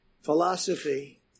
philosophy